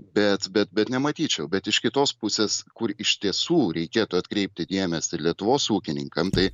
bet bet bet nematyčiau bet iš kitos pusės kur iš tiesų reikėtų atkreipti dėmesį lietuvos ūkininkam tai